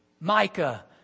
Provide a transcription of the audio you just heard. Micah